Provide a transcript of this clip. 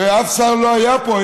הרי אף שר לא היה פה,